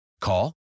Call